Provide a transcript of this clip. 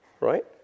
Right